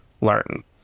learn